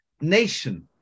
nation